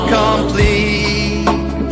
complete